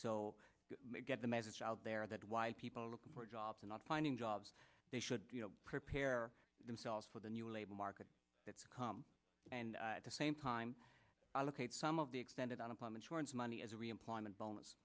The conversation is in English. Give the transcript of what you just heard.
so get the message out there that why people are looking for jobs or not finding jobs they should prepare themselves for the new labor market that's come and at the same time look at some of the extended unemployment insurance money as a reemployment bonus